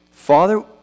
Father